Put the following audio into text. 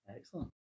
Excellent